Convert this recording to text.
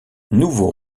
nouveau